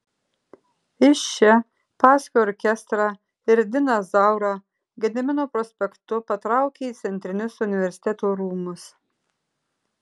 iš čia paskui orkestrą ir diną zaurą gedimino prospektu patraukė į centrinius universiteto rūmus